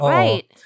right